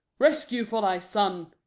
rescue for thy son!